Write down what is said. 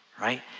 Right